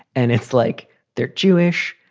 and it's like they're jewish.